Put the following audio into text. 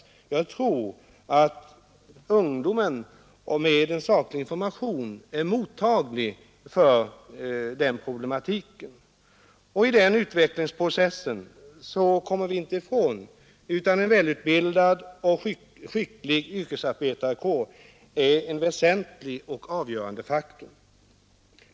Och i den utvecklingsprocessen är en välutbildad och skicklig yrkesarbetarkår en väsentlig och avgörande faktor — det kommer vi inte ifrån. Jag tror att ungdomen om den får saklig information är mottaglig för den problematiken.